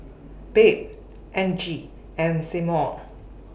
Babe Angie and Seymour